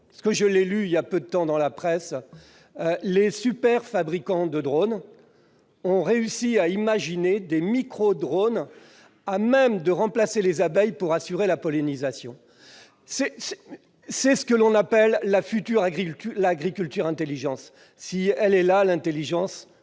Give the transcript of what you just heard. ? J'ai lu voilà peu de temps dans la presse que les super-fabricants de drones avaient réussi à imaginer des micro-drones à même de remplacer les abeilles pour assurer la pollinisation. C'est ce qu'on appelle l'« agriculture intelligente ». Si c'est ça l'intelligence,